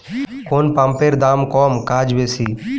কোন পাম্পের দাম কম কাজ বেশি?